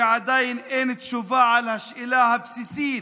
ועדיין אין תשובה על השאלה הבסיסית: